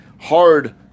hard